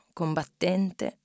combattente